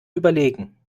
überlegen